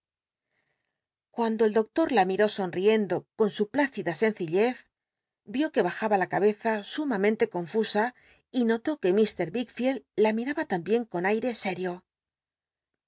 cuando el doctor la miró sonriendo con su plá cida sencillez vio que oojaba la cabeza sumamente uc mr wickfield la mir tba tam confusa y notó bien con aire sétio